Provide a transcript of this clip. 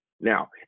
Now